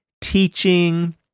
teaching